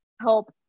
help